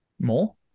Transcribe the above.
more